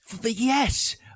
yes